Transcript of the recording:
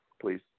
please